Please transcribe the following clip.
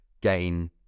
gain